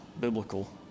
biblical